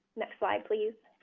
next slide please.